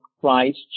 Christ